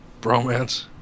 Bromance